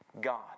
God